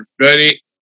ready